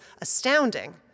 astounding